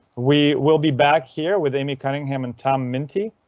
we will be back here with amy cunningham and tom minty.